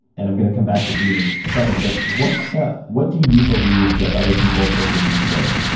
and i'm going to come back to beme in just a second, but what so what do you believe that other people think is insane?